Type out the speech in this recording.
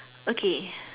okay